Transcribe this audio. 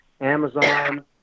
Amazon